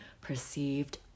perceived